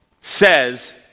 says